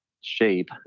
shape